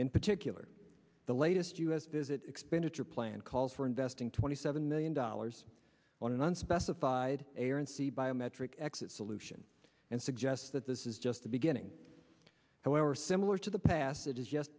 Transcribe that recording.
in particular the latest us visit expenditure plan calls for investing twenty seven million dollars on an unspecified errancy biometric exit solution and suggests that this is just the beginning however similar to the past it is just